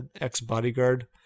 ex-bodyguard